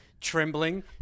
trembling